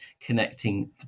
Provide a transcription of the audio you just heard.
connecting